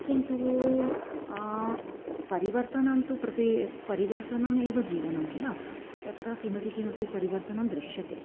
किन्तु परिवर्तनं तु प्रति परिवर्तनमेव जीवनं किल तु तत्र किमपि किमपि परिवर्तनं दृश्यते